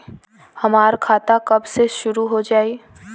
हमार खाता कब से शूरू हो जाई?